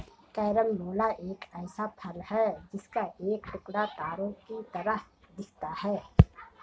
carambola एक ऐसा फल है जिसका एक टुकड़ा तारों की तरह दिखता है